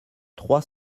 trois